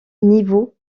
niveau